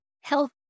health